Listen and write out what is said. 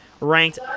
ranked